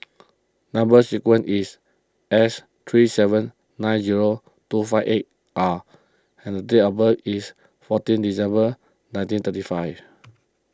Number Sequence is S three seven nine zero two five eight R and the date of birth is fourteen December nineteen thirty five